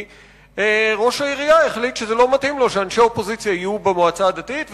כי ראש העירייה החליט שלא מתאים לו שאנשי האופוזיציה יהיו במועצה הדתית,